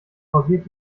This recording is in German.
pausiert